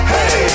Hey